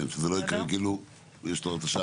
לא שיש לו הרשאה